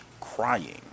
crying